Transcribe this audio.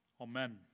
Amen